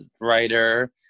writer